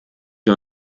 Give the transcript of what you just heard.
wir